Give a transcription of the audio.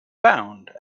bound